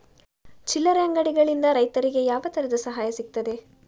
ಚಿಲ್ಲರೆ ಅಂಗಡಿಗಳಿಂದ ರೈತರಿಗೆ ಯಾವ ತರದ ಸಹಾಯ ಸಿಗ್ತದೆ?